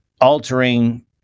altering